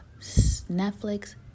netflix